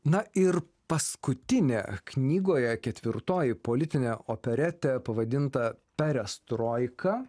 na ir paskutinė knygoje ketvirtoji politinė operetė pavadinta perestroika